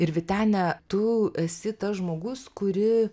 ir vytene tu esi tas žmogus kuri